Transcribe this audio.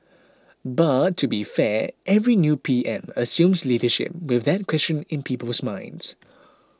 but to be fair every new P M assumes leadership with that question in people's minds